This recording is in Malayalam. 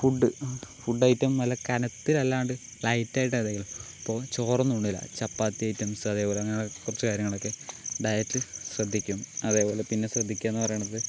ഫുഡ് ഫുഡ് ഐറ്റം നല്ല കനത്തിലല്ലാണ്ട് ലൈറ്റായിട്ട് എന്തെങ്കിലും ഇപ്പോൾ ചോറൊന്നും ഉണ്ണൂല്ല ചപ്പാത്തി ഐറ്റംസ് അതേപോലെ അങ്ങനെ കുറച്ച് കാര്യങ്ങളൊക്കെ ഡയറ്റ് ശ്രദ്ധിക്കും അതേപോലെ പിന്നെ ശ്രദ്ധിക്കുകയെന്ന് പറയണത്